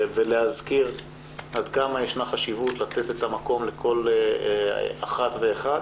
ולהזכיר עד כמה ישנה חשיבות לתת את המקום לכל אחת ואחת,